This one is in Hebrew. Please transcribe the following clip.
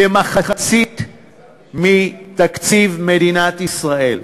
כמחצית מתקציב מדינת ישראל,